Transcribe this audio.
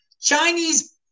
Chinese